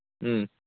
ꯎꯝ